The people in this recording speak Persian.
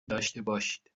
داشتهباشید